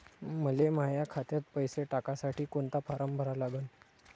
मले माह्या खात्यात पैसे टाकासाठी कोंता फारम भरा लागन?